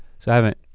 so i haven't,